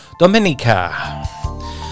Domenica